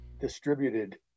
distributed